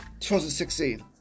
2016